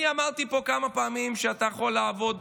אני אמרתי פה כמה פעמים שאתה יכול לעבוד